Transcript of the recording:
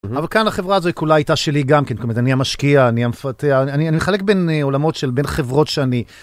אבל כאן החברה הזו היא כולה הייתה שלי גם כן. אני המשקיע אני המפתח, אני אני מחלק בין עולמות של בין חברות שאני.